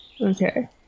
Okay